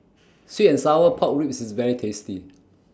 Sweet and Sour Pork Ribs IS very tasty